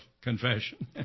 confession